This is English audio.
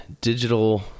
digital